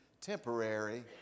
temporary